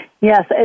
Yes